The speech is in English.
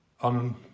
on